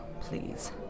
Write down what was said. please